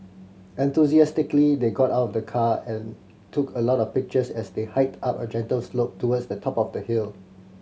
enthusiastically they got out of the car and took a lot of pictures as they hiked up a gentle slope towards the top of the hill